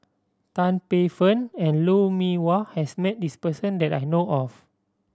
Tan Paey Fern and Lou Mee Wah has met this person that I know of